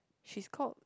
she's called